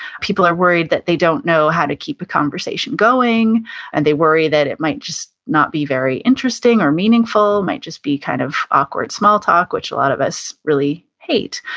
people are worried that they don't know how to keep a conversation going and they worry that it might just not be very interesting or meaningful. might just be kind of awkward small talk, which a lot of us really hate.